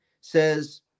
says